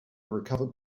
recovered